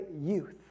youth